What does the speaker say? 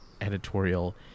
editorial